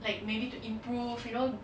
like maybe to improve you know